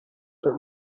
but